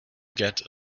get